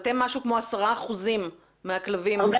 אתם משהו כמו 10% מהכלבים --- הרבה